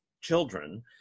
children